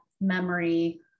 memory